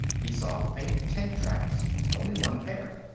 he saw faint tank-tracks only one pair.